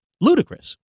ludicrous